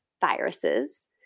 viruses